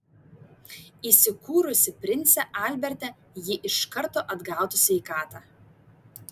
įsikūrusi prince alberte ji iš karto atgautų sveikatą